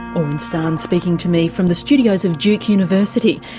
orin starn speaking to me from the studios of duke university,